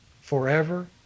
forever